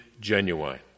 genuine